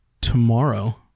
tomorrow